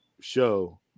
show